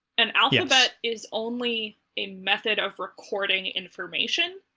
an alphabet is only a method of recording information,